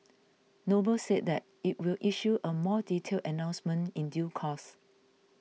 Noble said that it will issue a more detailed announcement in due course